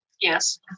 Yes